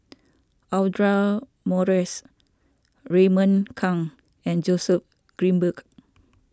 Audra Morrice Raymond Kang and Joseph Grimberg